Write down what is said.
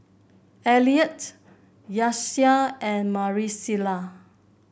Eliot Nyasia and Marisela